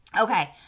Okay